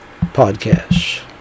podcast